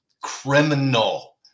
criminal